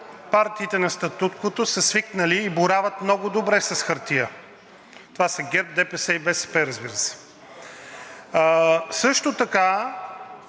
партиите на статуквото са свикнали и боравят много добре с хартия. Това са ГЕРБ, ДПС и БСП, разбира се. Също така